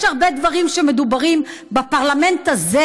יש הרבה דברים שמדוברים בפרלמנט הזה